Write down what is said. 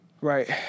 Right